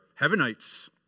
heavenites